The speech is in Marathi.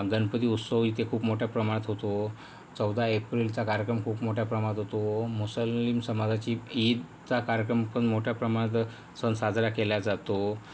हा गणपती उत्सव इथे खूप मोठ्या प्रमाणात होतो चौदा एप्रिलचा कार्यक्रम खूप मोठ्या प्रमाणात होतो मुस्लिम समाजाची ईदचा कार्यक्रम पण मोठ्या प्रमाणात सण साजरा केल्या जातो